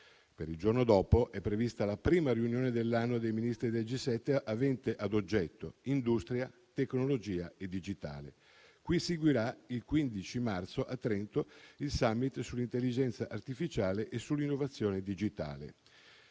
Il giorno dopo è prevista la prima riunione dell'anno dei Ministri del G7, avente ad oggetto industria, tecnologia e digitale, cui seguirà, il 15 marzo a Trento, il *summit* sull'intelligenza artificiale e sull'innovazione digitale.